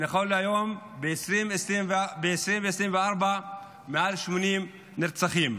ונכון להיום, ב-2024 מעל 80 נרצחים.